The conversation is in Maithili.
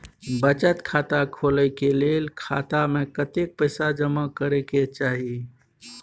बचत खाता खोले के लेल खाता में कतेक पैसा जमा करे के चाही?